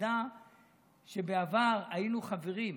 תדע שבעבר היינו חברים,